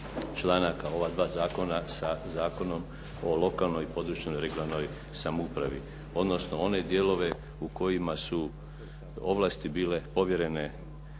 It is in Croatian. članaka ova dva zakona sa Zakonom o lokalnoj i područnoj regionalnoj samoupravi, odnosno one dijelove u kojima su ovlasti bile povjerene